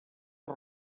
per